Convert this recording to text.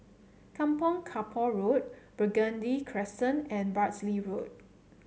Kampong Kapor Road Burgundy Crescent and Bartley Road